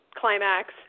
climax